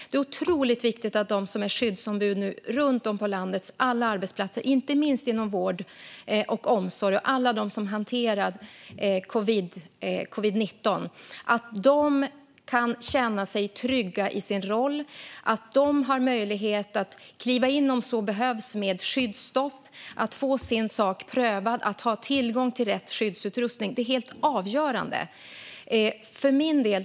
Det är otroligt viktigt att de som är skyddsombud runt om på landets alla arbetsplatser, inte minst inom vård och omsorg, och alla de som hanterar covid-19 kan känna sig trygga i sin roll, att de har möjlighet att kliva in med skyddsstopp om så behövs och att få sin sak prövad samt att de har tillgång till rätt skyddsutrustning. Detta är helt avgörande.